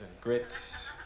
grits